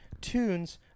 tunes